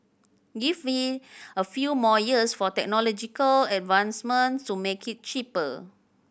give it a few more years for technological advancement to make it cheaper